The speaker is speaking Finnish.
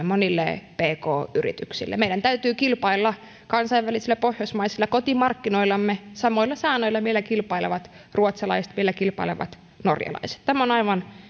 monille pk yrityksille meidän täytyy kilpailla kansainvälisillä pohjoismaisilla kotimarkkinoillamme samoilla säännöillä joilla kilpailevat ruotsalaiset joilla kilpailevat norjalaiset tämä on aivan